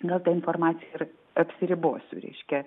gal ta informacija ir apsiribosiu reiškia